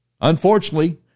unfortunately